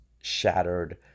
shattered